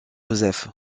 joseph